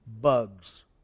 bugs